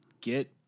get